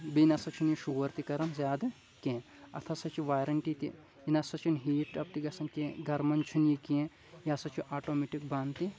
بیٚیہِ نَہ سا چھُنہِ یہِ شور تہِ کَران زیادٕ کیٚنٛہہ اَتھ ہسا چھِ وارَنٹی تہِ یہِ نَہ سا چھُنہٕ ہیٖٹ اَپ تہِ گژھان کیٚنٛہہ گَرمان چھُنہٕ یہِ کیٚنٛہہ یہِ ہسا چھُ آٹومٮ۪ٹِک بنٛد تہِ